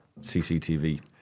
CCTV